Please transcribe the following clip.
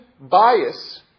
bias